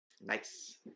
Nice